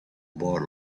about